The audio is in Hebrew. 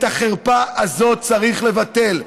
את החרפה הזאת צריך לבטל ולמחוק.